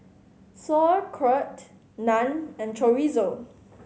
Sauerkraut Naan and Chorizo